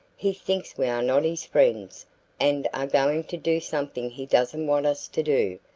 he thinks we are not his friends and are going to do something he doesn't want us to do.